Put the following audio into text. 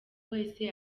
wese